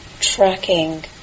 tracking